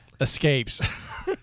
escapes